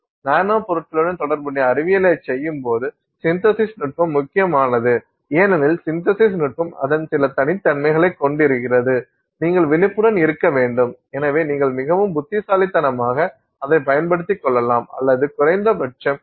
நானோ பொருட்களுடன் தொடர்புடைய அறிவியலைச் செய்யும்போது சின்தசிஸ் நுட்பம் முக்கியமானது ஏனெனில் சின்தசிஸ் நுட்பம் அதன் சில தனித்தன்மையைக் கொண்டுவருகிறது நீங்கள் விழிப்புடன் இருக்க வேண்டும் எனவே நீங்கள் மிகவும் புத்திசாலித்தனமாக அதைப் பயன்படுத்திக் கொள்ளலாம் அல்லது குறைந்தபட்சம் எச்சரிக்கையாக இருக்க வேண்டும்